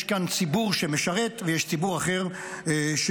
יש כאן ציבור שמשרת ויש ציבור אחר שרואה